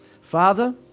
Father